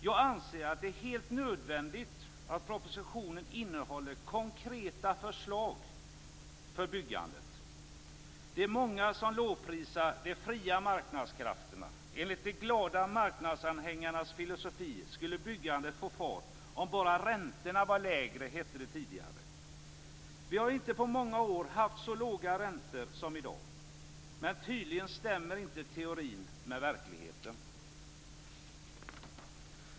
Jag anser att det är helt nödvändigt att propositionen innehåller konkreta förslag för byggandet. Det är många som lovprisar de fria marknadskrafterna. Enligt de glada marknadsanhängarnas filosofi skulle byggandet få fart om bara räntorna var lägre. Så hette det tidigare. Vi har inte på många år haft så låga räntor som i dag. Men tydligen stämmer inte teorin med verkligheten.